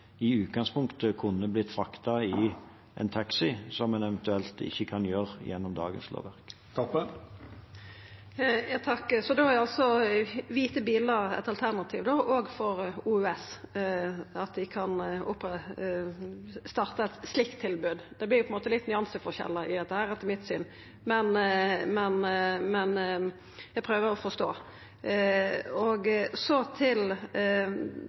i utgangspunktet kunne fraktes i taxi, noe en gjennom dagens lovverk eventuelt ikke kan gjøre. Eg takkar. Da er altså kvite bilar eit alternativ, òg for OUS, og dei kan starta eit slikt tilbod. Det vert nyanseforskjellar i dette, etter mitt syn, men eg prøver å forstå.